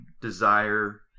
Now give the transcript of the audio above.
desire